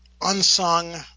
unsung